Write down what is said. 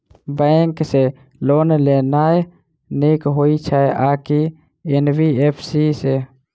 Bank सँ loan लेनाय नीक होइ छै आ की एन.बी.एफ.सी सँ?